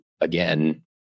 again